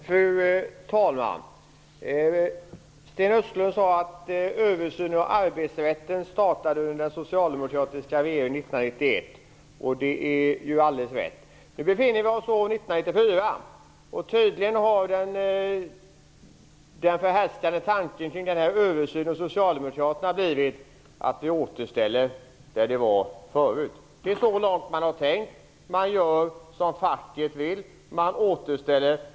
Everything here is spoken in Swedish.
Fru talman! Sten Östlund sade att översynen av arbetsrätten startade under den socialdemokratiska regeringen 1991. Det är alldeles rätt. Nu är det år 1994. Nu är tydligen den förhärskande tanken hos socialdemokraterna när det gäller översynen: Vi återställer arbetsrätten till vad den var tidigare. Det är så långt man har tänkt. Man gör som facket vill - man återställer.